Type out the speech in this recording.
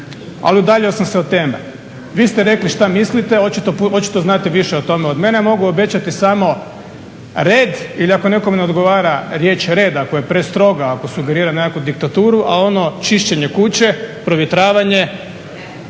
Ali udaljio sam se od teme. Vi ste rekli šta mislite, očito znate više o tome od mene, a mogu obećati samo red ili ako nekome ne odgovara riječ red, ako je prestroga, ako sugerira na nekakvu diktaturu, a ono čišćenje kuće, provjetravanje,